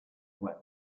wet